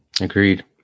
Agreed